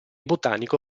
botanico